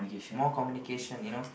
more communication you know